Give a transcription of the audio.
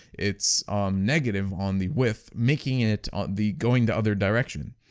it's negative on the width making it on the going to other direction,